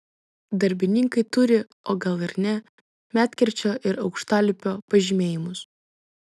darbininkai turi o gal ir ne medkirčio ir aukštalipio pažymėjimus